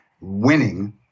winning